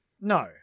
No